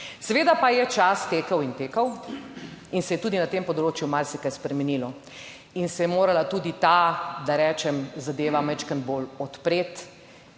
Seveda pa je čas tekel in tekel in se je tudi na tem področju marsikaj spremenilo in se je morala tudi ta, da rečem, zadeva majčkeno bolj odpreti,